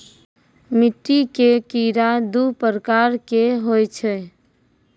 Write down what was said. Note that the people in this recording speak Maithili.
मिट्टी के कीड़ा दू प्रकार के होय छै